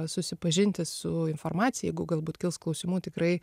susipažinti su informacija jeigu galbūt kils klausimų tikrai